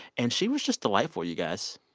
and she was just delightful, you guys.